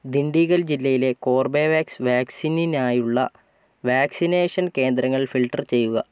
ദിണ്ടിഗൽ ജില്ലയിലെ കോർബെവാക്സ് വാക്സിനിനായുള്ള വാക്സിനേഷൻ കേന്ദ്രങ്ങൾ ഫിൽട്ടർ ചെയ്യുക